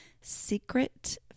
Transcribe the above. secret